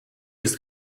ist